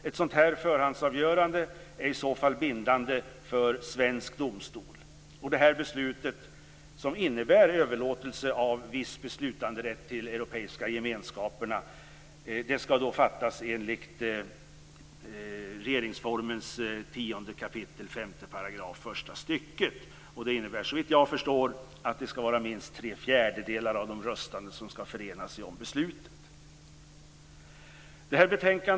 Ett sådant förhandsavgörande är i så fall bindande för svensk domstol. Detta beslut innebär överlåtelse av viss beslutanderätt till Europeiska gemenskaperna. Beslutet skall fattas enligt bestämmelserna i regeringsformen 10 kap. 5 § första stycket. Det innebär såvtt jag förstår att minst tre fjärdedelar av de röstande skall förena sig om beslutet. Herr talman!